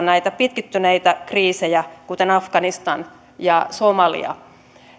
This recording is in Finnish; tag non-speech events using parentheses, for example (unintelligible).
(unintelligible) näitä pitkittyneitä kriisejä kuten afganistaniin ja somaliaan